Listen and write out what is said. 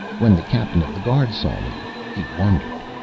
when the captain of the guard saw me, he wondered.